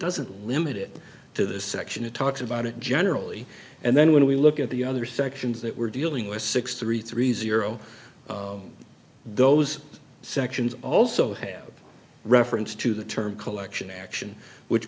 doesn't limit it to the section it talks about it generally and then when we look at the other sections that we're dealing with six three three zero those sections also have reference to the term collection action which